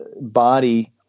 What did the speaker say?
body